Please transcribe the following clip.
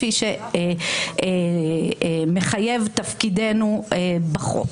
כפי שמחייב תפקידנו בחוק.